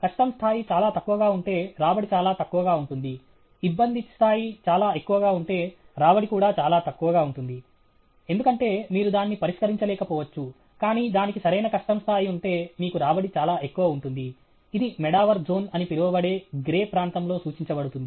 కష్టం స్థాయి చాలా తక్కువగా ఉంటే రాబడి చాలా తక్కువగా ఉంటుంది ఇబ్బంది స్థాయి చాలా ఎక్కువగా ఉంటే రాబడి కూడా చాలా తక్కువగా ఉంటుంది ఎందుకంటే మీరు దాన్ని పరిష్కరించలేకపోవచ్చు కానీ దానికి సరైన కష్టం స్థాయి ఉంటే మీకు రాబడి చాలా ఎక్కువ ఉంటుంది ఇది మెడావర్ జోన్ అని పిలువబడే గ్రెయ్ ప్రాంతంలో సూచించబడుతుంది